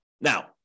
Now